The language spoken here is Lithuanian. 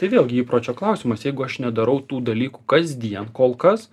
tai vėlgi įpročio klausimas jeigu aš nedarau tų dalykų kasdien kol kas